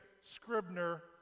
Scribner